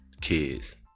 kids